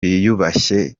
biyubashye